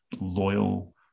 loyal